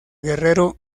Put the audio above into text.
guerrero